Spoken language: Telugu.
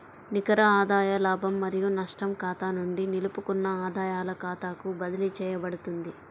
నికర ఆదాయ లాభం మరియు నష్టం ఖాతా నుండి నిలుపుకున్న ఆదాయాల ఖాతాకు బదిలీ చేయబడుతుంది